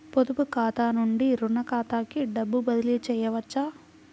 పొదుపు ఖాతా నుండీ, రుణ ఖాతాకి డబ్బు బదిలీ చేయవచ్చా?